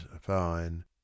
fine